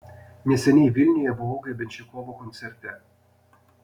neseniai vilniuje buvau grebenščikovo koncerte